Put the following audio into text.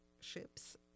ships